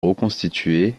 reconstituer